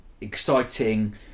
exciting